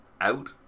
out